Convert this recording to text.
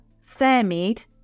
Fairmead